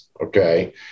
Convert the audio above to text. Okay